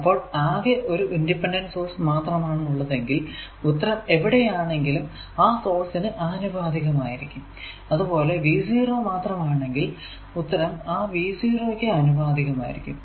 അപ്പോൾ ആകെ ഒരു ഇൻഡിപെൻഡന്റ് സോഴ്സ് മാത്രമാണ് ഉള്ളതെങ്കിൽ ഉത്തരം എവിടെയാണെങ്കിലും ആ സോഴ്സിന് ആനുപാതികമായിരിക്കും അതുപോലെ V0 മാത്രമാണെങ്കിൽ ഉത്തരം ആ V0 ക്കു ആനുപാതികമായിരിക്കും